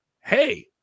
hey